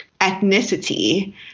ethnicity